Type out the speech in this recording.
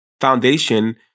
foundation